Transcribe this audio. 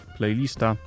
Playlista